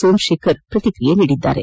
ಸೋಮಶೇಖರ್ ಪ್ರತಿಕ್ರಿಯಿಸಿದ್ದಾರೆ